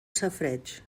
safareig